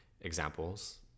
examples